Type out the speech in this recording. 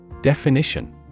Definition